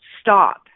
Stop